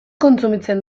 kontsumitzen